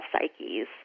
psyches